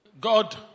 God